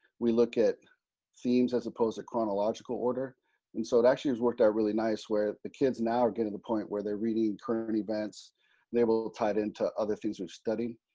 we look at themes as opposed to chronological order and so it actually has worked out really nice, where the kids now are getting the point where they're reading current events and they will will tie it into other things we've studied.